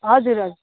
हजुर हजुर